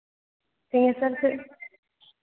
सिंहेश्वर से